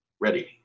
ready